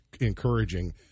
encouraging